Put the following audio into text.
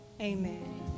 amen